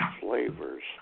flavors